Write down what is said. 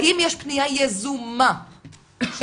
האם יש פנייה יזומה שלכם